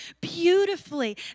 beautifully